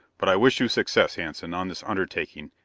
but i wish you success, hanson on this undertaking,